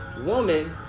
woman